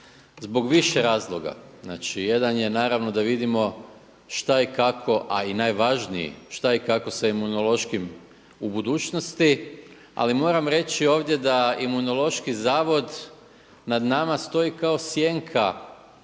zbog više razloga. Znači jedan je naravno da vidimo šta i kako, a i najvažniji šta i kako sa Imunološkim u budućnosti, ali moram reći ovdje da Imunološki zavod nad nama stoji kao sjenka